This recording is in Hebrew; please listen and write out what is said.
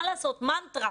מה לעשות, מנטרה.